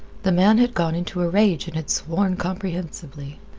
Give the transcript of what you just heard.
the man had gone into a rage and had sworn comprehensively.